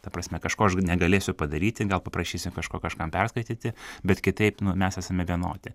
ta prasme kažko aš negalėsiu padaryti gal paparašysiu kažko kažkam perskaityti bet kitaip mes esame vienodi